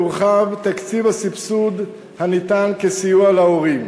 יורחב תקציב הסבסוד הניתן כסיוע להורים.